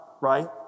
right